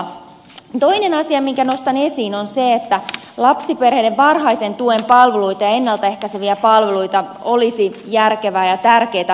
toinen asia minkä nostan esiin on se että lapsiperheiden varhaisen tuen palveluita ja ennalta ehkäiseviä palveluita olisi järkevää ja tärkeätä vahvistaa